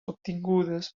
obtingudes